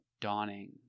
dawning